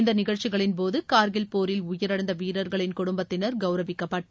இந்த நிகழ்ச்சிகளின்போது கார்கில் போரில் உயிரிழந்த வீரர்களின் குடும்பத்தினர் கவுரவிக்கப்பட்டு